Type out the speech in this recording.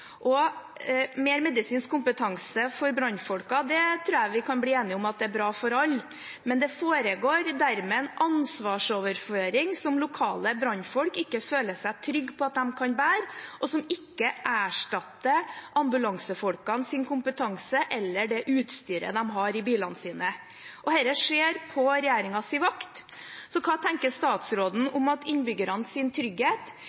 Mer medisinsk kompetanse for brannfolkene tror jeg vi kan bli enige om er bra for alle, men det foregår dermed en ansvarsoverføring som lokale brannfolk ikke føler seg trygge på at de kan bære, og som ikke erstatter ambulansefolkenes kompetanse eller det utstyret de har i bilene sine. Dette skjer på regjeringens vakt. Hva tenker statsråden om at innbyggernes trygghet